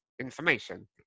information